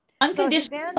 Unconditional